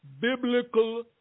biblical